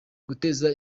guteza